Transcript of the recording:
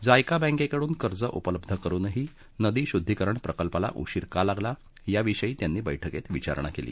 JICA बँकेकडून कर्ज उपलब्ध करूनही नदी शुद्धीकरण प्रकल्पाला उशीर का लागला याविषयी त्यांनी बैठकीत विचारणा केली